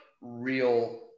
real –